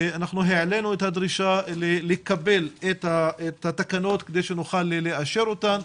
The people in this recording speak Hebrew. העלנו את הדרישה לקבל את התקנות כדי שנוכל לאשר אותן.